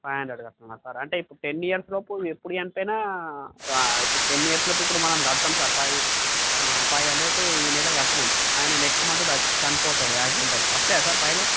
five hundred కట్టాలా sir అంటే ఇప్పుడు టెన్ ఇయర్స్ లోపు ఎప్పుడు చనిపోయినా టెన్ ఇయర్స్లోపు ఇప్పుడు మనం కడతాము సార్ ఫైవ్ ఫైవ్ హండ్రెడు ఈ నెల కట్టాము ఆయన నెక్స్ట్ మంత్ స చనిపోతాడు యాక్సిడెంట్ అయ్యి వస్తాయా సార్ ఫైవ్ ల్యాక్స్